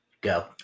Go